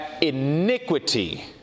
iniquity